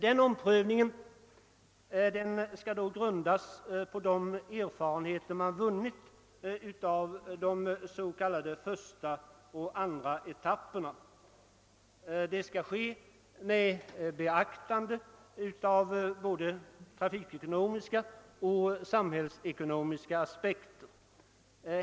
Denna bör grundas på de erfarenheter man vunnit av de s.k. första och andra etapperna och genomföras med beaktande av både trafikekonomiska och samhällsekonomiska aspekter.